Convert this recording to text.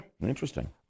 Interesting